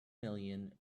million